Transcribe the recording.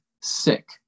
sick